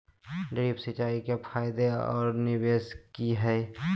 Drip सिंचाई के फायदे और निवेस कि हैय?